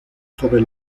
sobre